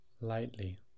lightly